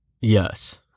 Yes